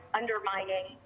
undermining